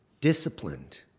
disciplined